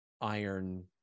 iron